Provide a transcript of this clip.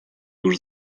już